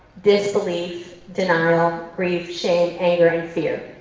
disbelief, denial, grief, shame, anger and fear.